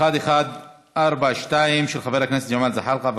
מס' 1142, של חבר הכנסת ג'מאל זחאלקה.